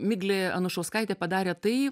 miglė anušauskaitė padarė tai